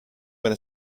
wenn